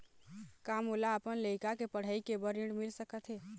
का मोला अपन लइका के पढ़ई के बर ऋण मिल सकत हे?